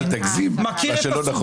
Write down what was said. אל תגזים, מה שלא נכון לא נכון.